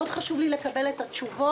חשוב לי מאוד לקבל את התשובות.